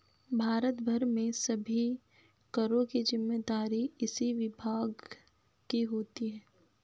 भारत भर में सभी करों की जिम्मेदारी इसी विभाग की होती है